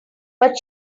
but